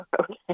Okay